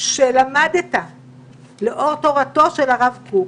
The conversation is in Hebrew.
שלמדת לאור תורתו של הרב קוק,